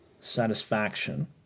satisfaction